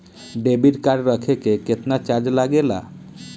Debit card रखे के केतना चार्ज लगेला?